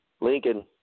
Lincoln